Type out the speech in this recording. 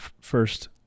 first